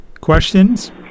questions